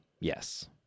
Yes